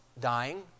dying